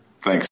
Thanks